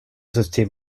system